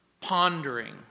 pondering